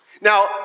Now